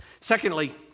Secondly